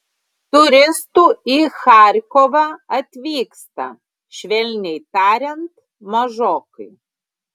turistų į charkovą atvyksta švelniai tariant mažokai